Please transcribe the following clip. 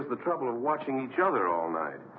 was the trouble of watching each other all night